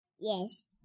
Yes